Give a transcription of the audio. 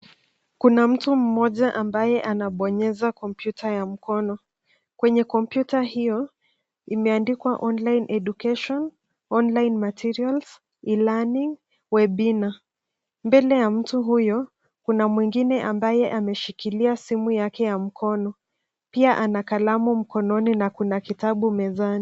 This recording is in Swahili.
Kuna mtu mmoja ambaye anabonyeza kompyuta ya mkono. Kwenye kompyuta hiyo, imeandikwa online education, online materials, e-learning webina. Mbele ya mtu huyo, kuna mwingine ambaye ameshikilia simu yake ya mkono. Pia ana kalamu mkononi na kuna kitabu mezani.